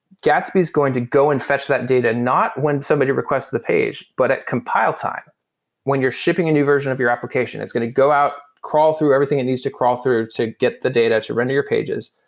gatsby is going to go and fetch that data not when somebody requests the page, but at compile time when you're shipping a new version of your application, it's going to go out, crawl through everything it needs to crawl through to get the data to render your pages,